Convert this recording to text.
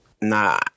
nah